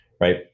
Right